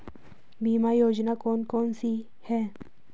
बीमा योजना कौन कौनसी हैं?